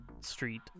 Street